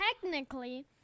technically